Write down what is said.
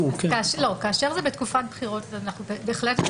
כאשר זה בתקופת בחירות --- אבל